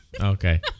Okay